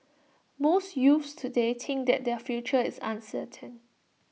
most youths today think that their future is uncertain